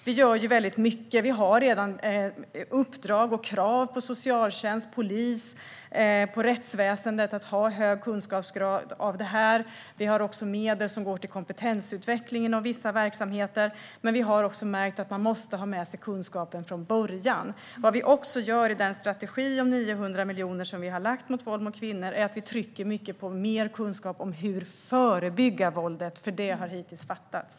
Vi gör väldigt mycket. Socialtjänst, polis och rättsväsen har redan i uppdrag och krav på sig att ha hög kunskapsgrad när det gäller det här. Det finns också medel som går till kompetensutveckling av vissa verksamheter. Men vi har också märkt att man måste ha med sig kunskapen från början. I den strategi, om 900 miljoner, mot mäns våld mot kvinnor som vi har lagt fram trycker vi också mycket på mer kunskap om hur man ska förebygga våldet. Det är något som hittills har fattats.